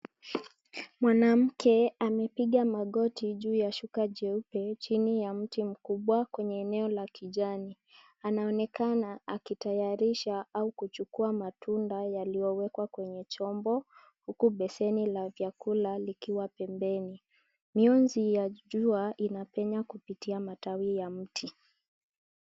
Mwanamke amepiga magoti juu ya shuka jeupe chini ya mti mkubwa kwenye eneo la kijani. Anaonekana akitayarisha au kuchukuwa matunda yaliyowekwa kwenye chombo, huku beseni la vyakula likiwa pembeni. Mionzi ya jua inapenya kupitia matawi ya mti.